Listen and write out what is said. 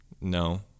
No